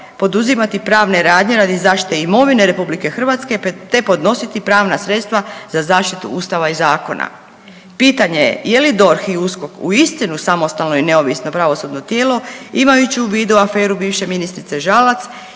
poduzimati pravne radnje radi zaštite imovine RH te podnositi pravna sredstva za zaštitu Ustava i zakona. Pitanje je, je li DORH i USKOK uistinu samostalno i neovisno pravosudno tijelo, imajući u vidu aferu bivše ministrice Žalac,